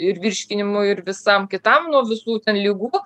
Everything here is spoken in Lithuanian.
ir virškinimui ir visam kitam nuo visų ligų